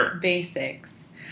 basics